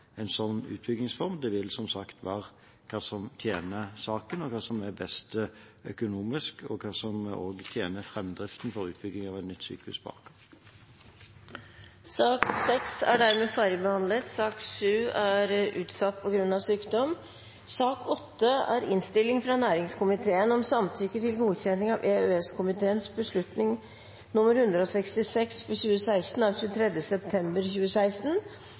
en slik utbyggingsform. Det styrende vil som sagt være hva som tjener saken, hva som er best økonomisk, og hva som tjener framdriften for utbygging av et nytt sykehus på Aker. Sak nr. 6 er ferdigbehandlet. Som tidligere nevnt er sak nr. 7 utsatt på grunn av sykdom. Hestekjøtt kan det svindles med. Det ble oppdaget i 2013 ved hestekjøttskandalen den gang, og denne forordningen er for